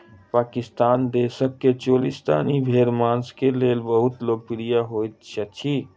पाकिस्तान देशक चोलिस्तानी भेड़ मांस के लेल बहुत लोकप्रिय होइत अछि